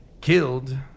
killed